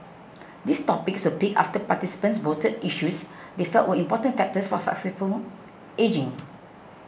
these topics were picked after participants voted for issues they felt were important factors for successful ageing